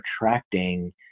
attracting